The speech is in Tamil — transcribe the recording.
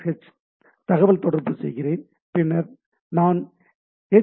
எச் தகவல்தொடர்பு செய்கிறேன் நான் எச்